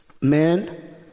man